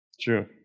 True